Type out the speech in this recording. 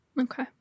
Okay